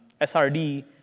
SRD